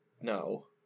no